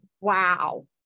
Wow